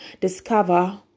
discover